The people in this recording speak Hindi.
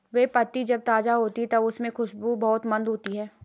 बे पत्ती जब ताज़ा होती है तब उसमे खुशबू बहुत मंद होती है